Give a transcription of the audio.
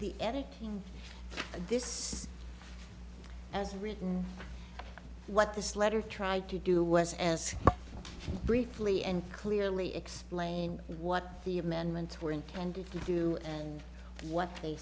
of this as written what this letter tried to do was as briefly and clearly explain what the amendments were intended to do and what they